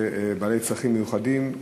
ובעלי צרכים מיוחדים,